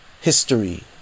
History